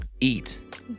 eat